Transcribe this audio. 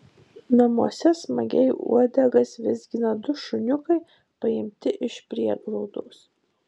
namuose smagiai uodegas vizgina du šuniukai paimti iš prieglaudos